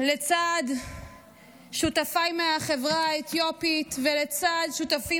לצד שותפיי מהחברה האתיופית ולצד שותפים